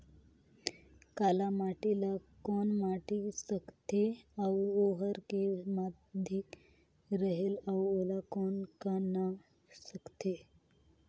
काला माटी ला कौन माटी सकथे अउ ओहार के माधेक रेहेल अउ ओला कौन का नाव सकथे?